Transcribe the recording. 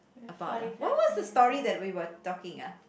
about ah what was the story that we were talking ah